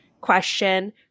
question